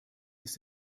ist